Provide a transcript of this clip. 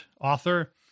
author